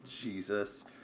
Jesus